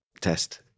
test